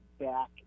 back